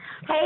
Hey